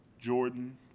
Jordan